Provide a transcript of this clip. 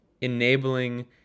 enabling